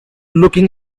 looking